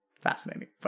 fascinating